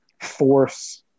force –